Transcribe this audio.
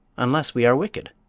unless we are wicked?